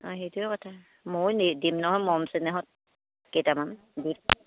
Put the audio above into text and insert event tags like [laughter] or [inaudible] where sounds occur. অ' সেইটোৱে কথা ময়ো নি দিম নহয় মৰম চেনেহত কেইটামান [unintelligible]